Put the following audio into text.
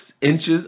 inches